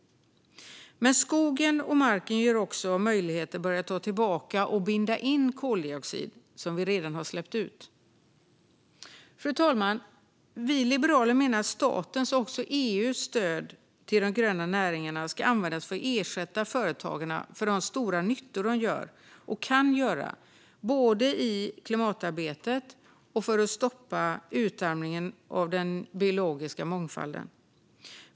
Men skogen och marken ger också möjlighet att börja ta tillbaka och binda in koldioxid som vi redan har släppt ut. Fru talman! Vi liberaler menar att statens och även EU:s stöd till de gröna näringarna ska användas för att ersätta företagarna för de stora nyttor de gör och kan göra både i klimatarbetet och för att stoppa utarmningen av den biologiska mångfalden.